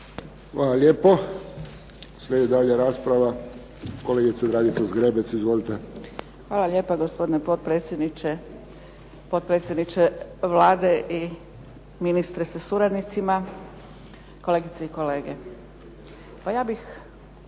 Hvala lijepo. Slijedi dalje rasprava, kolegica Dragica Zgrebec. Izvolite. **Zgrebec, Dragica (SDP)** Hvala lijepa gospodine potpredsjedniče, potpredsjedniče Vlade i ministre sa suradnicima, kolegice i kolege. Pa ja bih